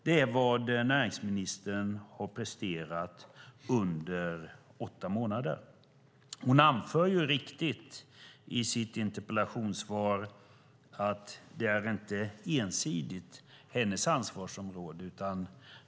Det är vad näringsministern har presterat under åtta månader. Annie Lööf anför helt korrekt i sitt interpellationssvar att det inte ensidigt är hennes ansvarsområde.